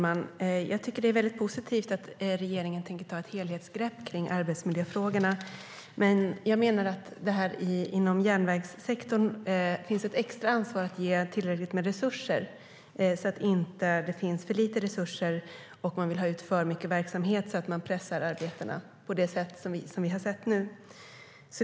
Fru talman! Det är väldigt positivt att regeringen tänker ta ett helhetsgrepp kring arbetsmiljöfrågorna. Det finns inom järnvägssektorn ett extra ansvar att ge tillräckligt med resurser så att det inte finns för lite resurser och att man vill ha ut så mycket verksamhet att man pressar arbetarna på det sätt som vi nu har sett.